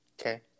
Okay